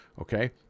Okay